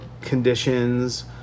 conditions